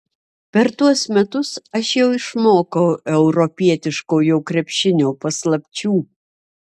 per tuos metus aš jau išmokau europietiškojo krepšinio paslapčių